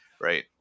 Right